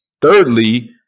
thirdly